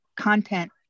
content